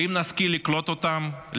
ואם נשכיל לקלוט אותם,